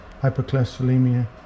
hypercholesterolemia